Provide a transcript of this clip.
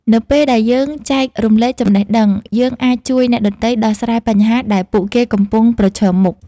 នៅពេលដែលយើងចែករំលែកចំណេះដឹង យើងអាចជួយអ្នកដទៃដោះស្រាយបញ្ហាដែលពួកគេកំពុងប្រឈមមុខ។